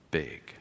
big